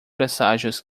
presságios